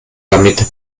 damit